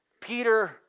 Peter